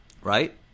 Right